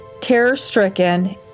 terror-stricken